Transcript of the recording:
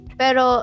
pero